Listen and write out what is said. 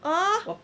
ah